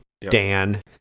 Dan